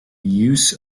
use